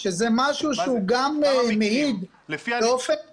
שזה משהו שהוא גם מעיד באופן --- כמה מקרים?